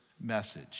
message